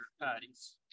patties